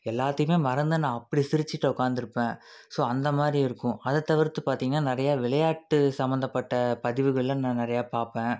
எல்லாத்தையுமே மறந்து நான் அப்படி சிரிச்சுட்டு உக்கார்ந்துருப்பேன் ஸோ அந்த மாதிரி இருக்கும் அதை தவிர்த்து பார்த்தீங்கனா நிறையா விளையாட்டு சம்மந்தப்பட்ட பதிவுகளெலான் நான் நிறையா பார்ப்பேன்